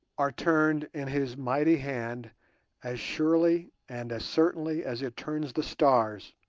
are turned in his mighty hand as surely and as certainly as it turns the stars,